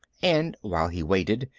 and while he waited,